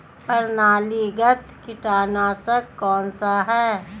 प्रणालीगत कीटनाशक कौन सा है?